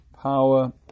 power